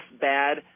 bad